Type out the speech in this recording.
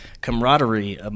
camaraderie